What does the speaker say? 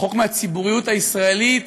רחוק מהציבוריות הישראלית,